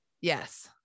Yes